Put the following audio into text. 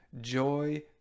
joy